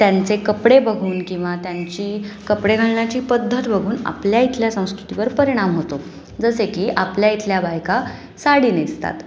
त्यांचे कपडे बघून किंवा त्यांची कपडे घालण्याची पद्धत बघून आपल्या इथल्या संस्कृतीवर परिणाम होतो जसे की आपल्या इथल्या बायका साडी नेसतात